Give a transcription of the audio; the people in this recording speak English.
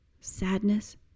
sadness